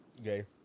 Okay